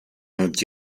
not